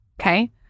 okay